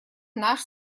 наш